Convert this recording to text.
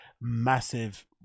massive